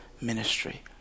ministry